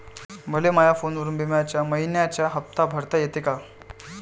मले माया फोनवरून बिम्याचा मइन्याचा हप्ता भरता येते का?